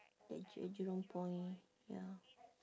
at j~ at jurong point ya